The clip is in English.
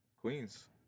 Queens